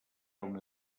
una